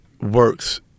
works